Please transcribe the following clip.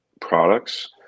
products